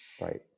Right